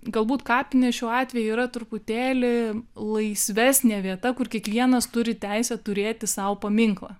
galbūt kapinės šiuo atveju yra truputėlį laisvesnė vieta kur kiekvienas turi teisę turėti sau paminklą